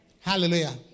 Hallelujah